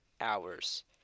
hours